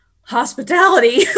hospitality